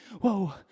whoa